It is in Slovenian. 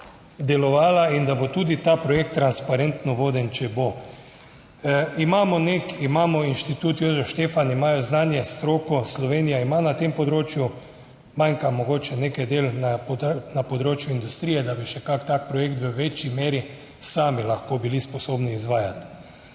in da bo tudi ta projekt transparentno voden, če bo. Imamo NEK, imamo Inštitut Jožef Štefan, imajo znanje s stroko, Slovenija ima na tem področju, manjka mogoče nekaj del na področju industrije, da bi še kak tak projekt v večji meri sami lahko bili sposobni izvajati.